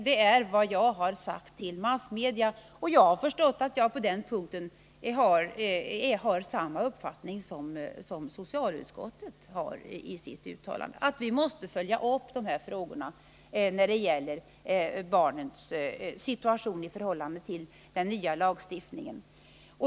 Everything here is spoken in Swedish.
Det är vad jag har sagt till massmedia, och jag har förstått att jag på den punkten har samma uppfattning som socialutskottet har uttalat — att vi måste följa upp dessa frågor som gäller barnens situation i förhållande till den nya lagstiftningen.